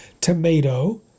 tomato